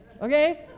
okay